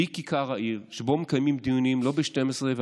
והיא כיכר העיר שבה מקיימים דיונים לא ב-24:00